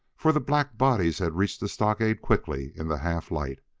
for the black bodies had reached the stockade quickly in the half light.